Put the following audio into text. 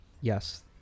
yes